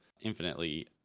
infinitely